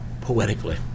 poetically